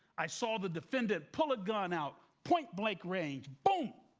i saw the defendant pull a gun out, point-blank range, bum!